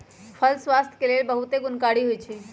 फल स्वास्थ्य के लेल बहुते गुणकारी होइ छइ